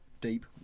Deep